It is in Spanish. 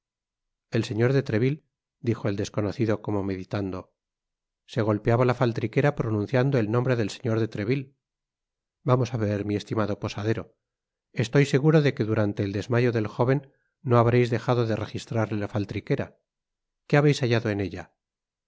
el señor de treville dijo el desconocido como meditando se golpeaba la faltriquera pronunciando el nombre del señor de treville vamos á ver mi estimado posadero estoy seguro de que durante el desmayo del jóven no habréis dejado de registrarle la faltriquera qué habeis hallado en ella